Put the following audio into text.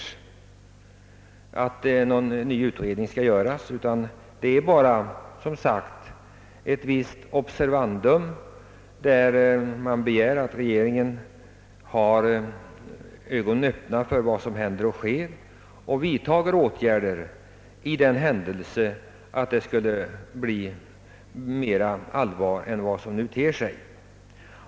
Men någon utredning har man, såvitt jag har kunnat se av reservationen, inte heller begärt. Man begär bara att regeringen skall ha ögonen öppna för vad som händer och sker på detta område och vidta åtgärder för den händelse situationen skulle bli allvarligare än den nu ter sig.